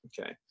Okay